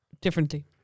differently